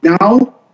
Now